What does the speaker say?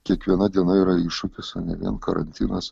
kiekviena diena yra iššūkis o ne vien karantinas